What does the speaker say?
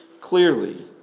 clearly